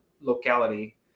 locality